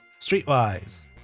Streetwise